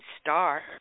star